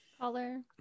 Caller